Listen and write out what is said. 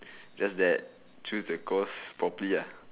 just that choose the course properly uh